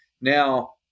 now